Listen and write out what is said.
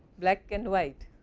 black and white'